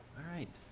alright.